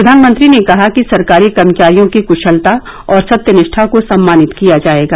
प्रधानमंत्री ने कहा कि सरकारी कर्मचारियों की कुशलता और सत्यनिष्ठा को सम्मानित किया जाएगा